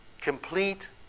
Complete